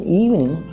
evening